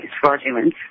fraudulent